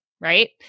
right